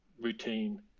routine